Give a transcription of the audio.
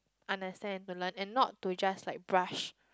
understand to learn and not to just like brush